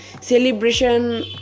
celebration